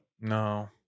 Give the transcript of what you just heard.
No